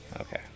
Okay